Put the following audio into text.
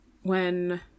when-